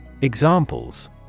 Examples